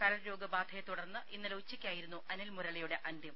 കരൾ രോഗ ബാധയെത്തുടർന്ന് ഇന്നലെ ഉച്ചയ്ക്കായിരുന്നു അനിൽ മുരളിയുടെ അന്ത്യം